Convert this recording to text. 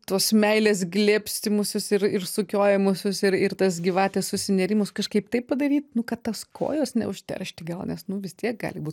tuos meilės glėbstymusius ir ir sukiojimusius ir ir tuos gyvatės susinėrimus kažkaip taip padaryt nu kad tos kojos neužteršti gal nes nu vis tiek gali būt